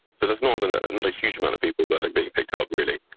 so it's not and ah and not a huge amount of people that are being picked up really.